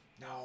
No